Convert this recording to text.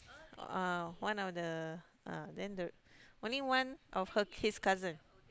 uh one of the uh then the only one of her his cousin